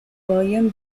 william